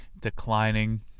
declining